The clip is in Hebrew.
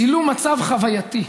צילום מצב חווייתי,